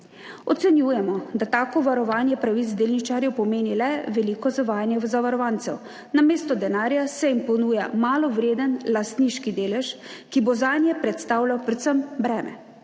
Ocenjujemo, da tako varovanje pravic delničarjev pomeni le veliko zavajanje zavarovancev, namesto denarja se jim ponuja malo vreden lastniški delež, ki bo zanje predstavljal predvsem breme.